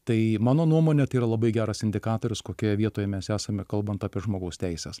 tai mano nuomone tai yra labai geras indikatorius kokioj vietoje mes esame kalbant apie žmogaus teises